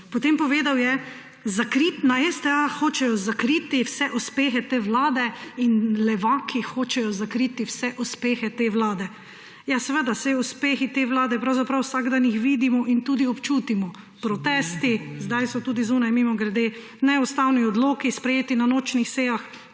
Potem povedal je, na STA hočejo zakriti vse uspehe te vlade in levaki hočejo zakriti vse uspehe te vlade. Ja seveda, saj uspehi te vlade, pravzaprav vsak dan jih vidimo in tudi občutimo, protesti, zdaj so tudi zunaj mimogrede, neustavni odloki, sprejeti na nočnih sejah,